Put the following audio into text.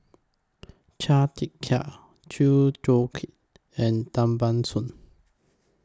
Chia Tee Chiak Chew Joo Chiat and Tan Ban Soon